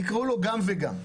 תקראו לו גם וגם,